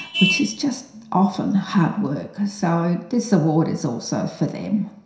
which is just often hard work. so this award is also for them.